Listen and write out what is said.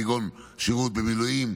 כגון שירות במילואים,